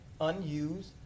unused